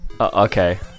Okay